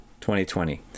2020